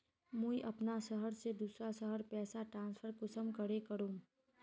मुई अपना शहर से दूसरा शहर पैसा ट्रांसफर कुंसम करे करूम?